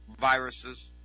viruses